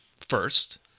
first